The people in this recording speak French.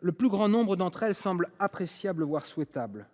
le plus grand nombre d’entre elles semblent appréciables, voire souhaitables